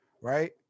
Right